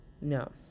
No